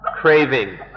craving